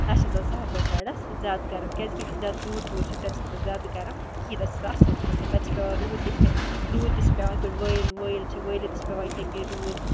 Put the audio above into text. نہٕ چھِ آسانَ سفاپورۍ سایڈَس زیادٕ گَرم کیازِکہِ یِم زِیادٕ دوٗر دوٗر چھِ تَتہِ چھُ نہٕ آسان زیادٕ گَرم کِہیٖنۍ تَتہِ آسان اَصل موسم تَتہِ چھِ پیوان روٗد اِتھے روٗد تہِ پیوان یِتھ پٲٹھۍ وٲیِل وٲیِل وٲیِل چھُ وٲیِلہٕ تہِ چھُ پیوان یتھے کٔنۍ روٗد